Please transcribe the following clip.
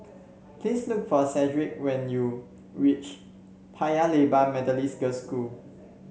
please look for Shedrick when you reach Paya Lebar Methodist Girls' School